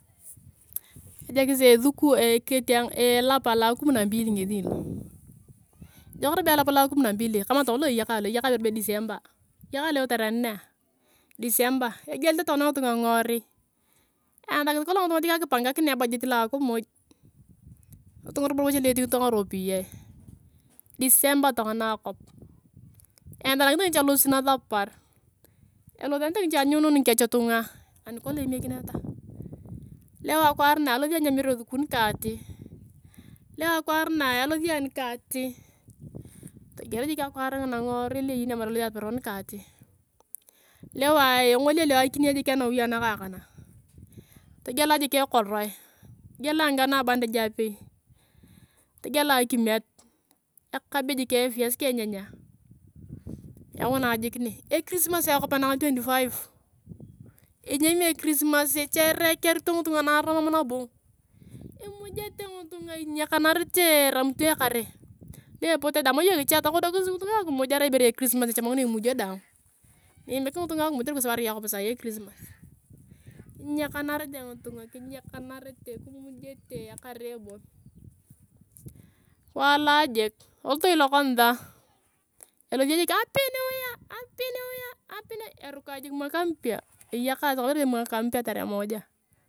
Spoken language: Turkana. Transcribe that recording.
Ajokis aelap aloakumi na mbili ngesi na, ejek robi elap loa kumi na mbili kama tokona lo eyakae lo eyakae iberebe disemba eyakae leo taree nne, disemba egielete tokona ngitunga ngworui eyansakis kolong ngitunga jik akipangakin abajet na akimu. ngitunga robo cha lu etingito ngaropiyae disemba tokona ngitunga ngworui eyansakis kolong ngitunga jik akipangakin abajetna akimuj ngutunga robo cha lu etingito ngaropiyae disemba tomona akop, eyansakis nviche alosit nasapar. elosenote ngiche anyunyun ngikech tunga. anikolong eme kineta, leo akwar na alosi ayoung nika ati, togiel jik akwar ngina nguworui li iyeni iyong atamar alosi ahong atopero nika ati. leo engolia lea akine jik anawi anakang ka naa togialae jik ekoroe, togialae ngano abandal apei, togialae akimet, ekabej ka evias ka enyanya, yaunae jik ne. ekirismasi akop anang tuenti five, enyemio ekiriemas echerekiato ngitunga narunen mam nabo. imujete ngitunga inyakanarefe eramito ekare. lu epote deng tama iyong kechia towodokisi ngitunga akimuj arai ibere ekirismas echamakinae imujio dang, nyimik ngitunga akimuj kotere arai akop sai ekirismas kinyakanirite ngifunga kinyakanerete kimujete ekaree bon kiwalaa jik, tolotoi lokaniasa elosio jik happy new year, happy new year, happy new year, erukai jik mwaka mpya eyakae tokona ibere be mwaka mpya tarehe moja